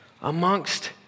amongst